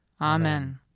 Amen